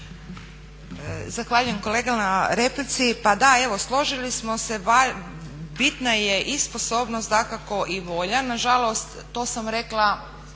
Zahvaljujem kolega na replici. Pa da, evo složili smo se bitna je i sposobnost dakako i volja. Nažalost, to sam rekla